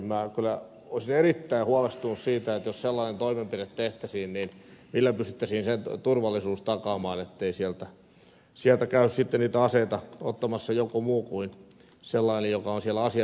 minä kyllä olisin erittäin huolestunut siitä jos sellainen toimenpide tehtäisiin että millä pystyttäisiin sen turvallisuus takaamaan ettei sieltä käy sitten niitä aseita ottamassa joku muu kuin sellainen joka on siellä asiallisella asialla